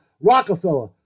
Rockefeller